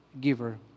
giver